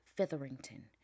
Featherington